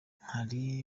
hari